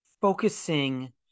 focusing